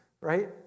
right